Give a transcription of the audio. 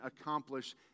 accomplish